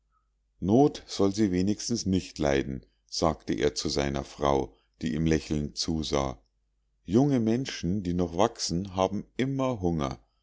not soll sie wenigstens nicht leiden sagte er zu seiner frau die ihm lächelnd zusah junge menschen die noch wachsen haben immer hunger